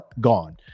gone